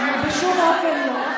בשום אופן לא.